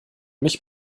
mich